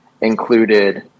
included